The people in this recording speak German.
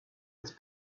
ist